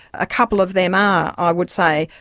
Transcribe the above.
a couple of them are, ah i would say,